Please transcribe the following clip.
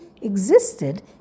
existed